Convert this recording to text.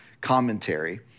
commentary